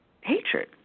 hatred